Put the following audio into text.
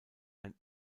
ein